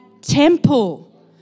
temple